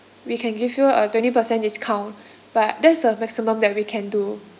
we can give you a twenty percent discount but that's a maximum that we can do